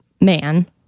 man